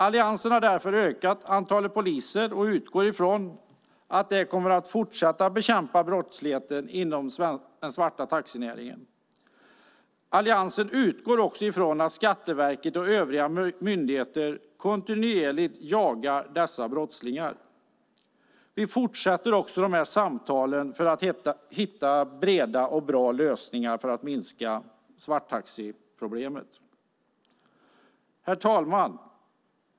Alliansen har därför ökat antalet poliser och utgår ifrån att de kommer att fortsätta bekämpa brottsligheten inom den svarta taxinäringen. Alliansen utgår också ifrån att Skatteverket och övriga myndigheter kontinuerligt jagar dessa brottslingar. Vi fortsätter också de här samtalen för att hitta breda och bra lösningar för att minska svarttaxiproblemet. Herr talman!